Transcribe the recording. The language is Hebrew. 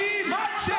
מה הצבעת?